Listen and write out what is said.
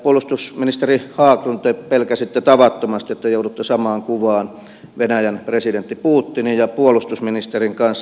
puolustusministeri haglund te pelkäsitte tavattomasti että joudutte samaan kuvaan venäjän presidentti putinin ja puolustusministerin kanssa